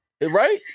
right